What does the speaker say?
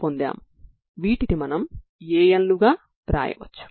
ఇప్పటివరకు మనం ఏమి చేశాము